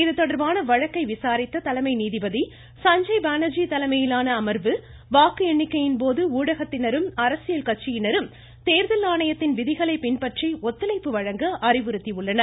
இதுதொடர்பான வழக்கை விசாரித்த தலைமை நீதிபதி சஞ்சய் பானர்ஜி தலைமையிலான அமர்வு வாக்கு எண்ணிக்கையின் போது ஊடகத்தினரும் அரசியல் கட்சியினரும் தேர்தல் ஆணையத்தின் விதிகளை பின்பற்றி ஒத்துழைப்பு வழங்க அறிவுறுத்தியுள்ளனர்